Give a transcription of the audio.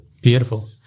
beautiful